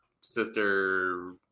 Sister